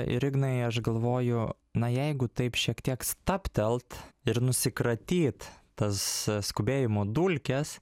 ir ignai aš galvoju na jeigu taip šiek tiek stabtelt ir nusikratyt tas skubėjimo dulkes